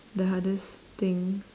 the hardest thing